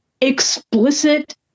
explicit